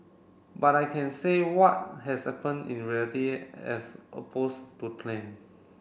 but I can say what has happen in reality as opposed to plan